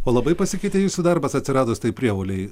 o labai pasikeitė jūsų darbas atsiradus prievolei